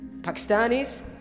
Pakistanis